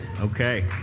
Okay